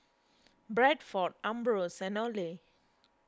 Bradford Ambros and Olay